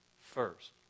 first